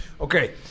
Okay